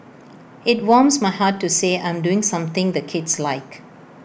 IT warms my heart to say I'm doing something the kids like